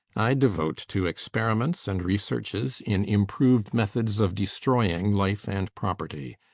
i devote to experiments and researches in improved methods of destroying life and property.